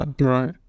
Right